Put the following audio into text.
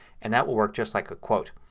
and that will work just like a quote.